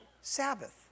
Sabbath